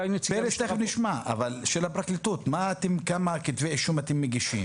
את "פלס" תכף נשמע אבל של הפרקליטות כמה תיקי אישום אתם מגישים?